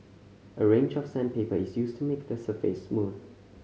a range of sandpaper is used to make the surface smooth